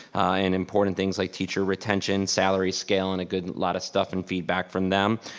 and important things like teacher retention, salary, scale, and a good, lot of stuff and feedback from them.